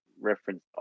reference